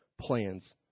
plans